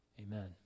amen